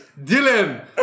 Dylan